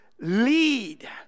lead